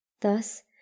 Thus